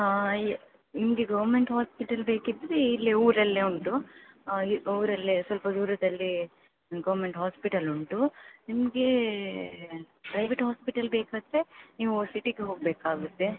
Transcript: ನಿಮಗೆ government hospital ಬೇಕಿದ್ದರೆ ಇಲ್ಲೇ ಊರಲ್ಲೇ ಉಂಟು ಊರಲ್ಲೇ ಸ್ವಲ್ಪ ದೂರದಲ್ಲಿ ಗೌರ್ಮೆಂಟ್ ಹಾಸ್ಪಿಟಲ್ ಉಂಟು ನಿಮಗೆ ಪ್ರೈವೇಟ್ ಹಾಸ್ಪಿಟಲ್ ಬೇಕಾದರೆ ನೀವು ಸಿಟಿಗೆ ಹೋಗಬೇಕಾಗತ್ತೆ